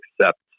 accept